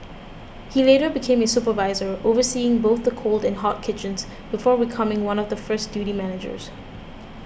he later became a supervisor overseeing both the cold and hot kitchens before becoming one of the first duty managers